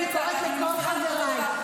אני קוראת לכל חבריי,